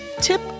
Tip